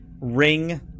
Ring